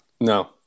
no